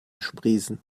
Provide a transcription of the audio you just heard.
sprießen